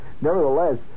nevertheless